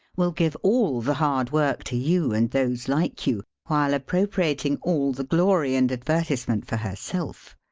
will give all the hard work to you and those like you, while appropriat ing all the glory and advertisement for herself.